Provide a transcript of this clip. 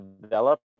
develop